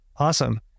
Awesome